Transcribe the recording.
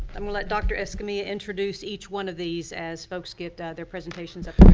i'm gonna let doctor escamilla introduce each one of these as folks get their presentations up